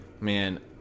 Man